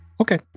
Okay